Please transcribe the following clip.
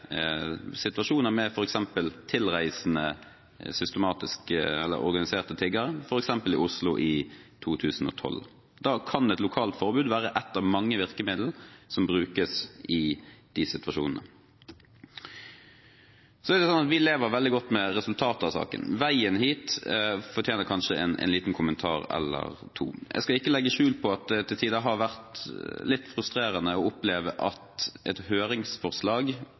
situasjoner med f.eks. tilreisende organiserte tiggere, f.eks. i Oslo i 2012. Da kan et lokalt forbud være ett av mange virkemiddel som brukes i de situasjonene. Så er det slik at vi lever veldig godt med resultatet av saken. Veien hit fortjener kanskje en liten kommentar eller to. Jeg skal ikke legge skjul på at det til tider har vært litt frustrerende å oppleve at et høringsforslag